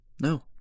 No